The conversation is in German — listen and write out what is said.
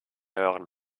hören